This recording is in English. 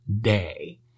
day